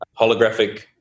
Holographic